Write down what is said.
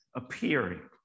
appearing